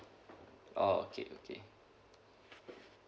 oh okay okay